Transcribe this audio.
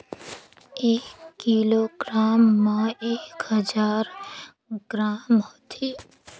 एक किलोग्राम म एक हजार ग्राम होथे